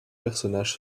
personnages